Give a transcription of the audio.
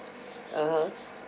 (uh huh)